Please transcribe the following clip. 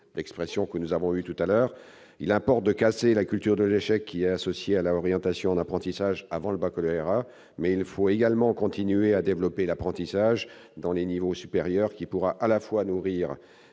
valorisation porté par le Gouvernement. Il importe de casser la culture de l'échec qui est associée à l'orientation en apprentissage avant le baccalauréat. Il faut également continuer à développer l'apprentissage dans les niveaux supérieurs, qui pourra à la fois nourrir